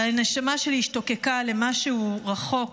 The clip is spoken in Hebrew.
אבל הנשמה שלי השתוקקה למשהו רחוק,